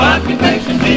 Occupation